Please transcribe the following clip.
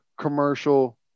commercial